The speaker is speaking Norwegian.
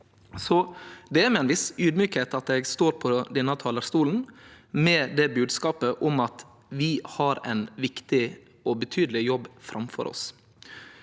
det er med ein viss audmjukskap eg står på denne talarstolen med det bodskapet om at vi har ein viktig og betydeleg jobb framfor oss.